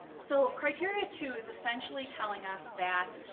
so criteria two is essentially telling us that